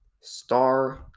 star